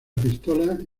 pistola